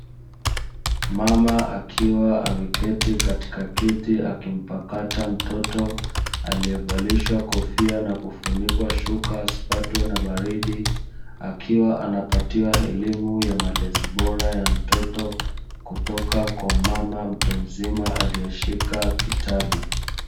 Mama akiwa ameketi katika kiti akimpakata mtoto alievalishwa kofia na kufunikwa shuka asipatwe na baridi, akiwa anapatiwa elimu ya malezi bora ya mtoto kutoka kwa mama mtu mzima alieshika kitabu.